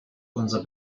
unser